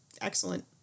excellent